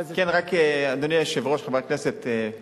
חברי הכנסת,